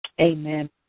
Amen